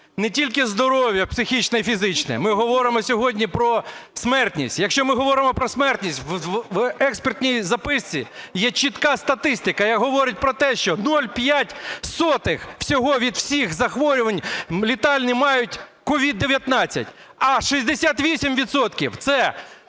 не тільки про здоров'я психічне і фізичне, ми говоримо сьогодні про смертність. Якщо ми говоримо про смертність, в експертній записці є чітка статистика, яка говорить про те, що 0,05 всього від всіх захворювань летальні мають COVID-19, а 68